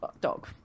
dog